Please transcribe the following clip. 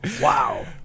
Wow